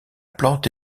plante